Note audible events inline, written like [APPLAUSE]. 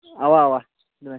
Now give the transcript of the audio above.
اَوا اَوا [UNINTELLIGIBLE]